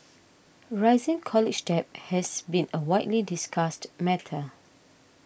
rising college debt has been a widely discussed matter